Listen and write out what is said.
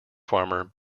farmer